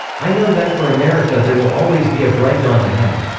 i know that for america there will always be a bright dawn ahead.